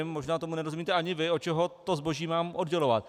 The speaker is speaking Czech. Možná tomu nerozumíte ani vy, od čeho to zboží mám oddělovat.